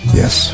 yes